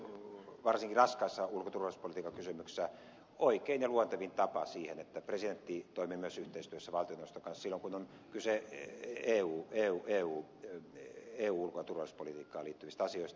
se on varsinkin raskaissa ulko ja turvallisuuspolitiikan kysymyksissä oikein ja luontevin tapa siihen että presidentti toimii myös yhteistyössä valtioneuvoston kanssa silloin kun on kyse eun ulko ja turvallisuuspolitiikkaan liittyvistä asioista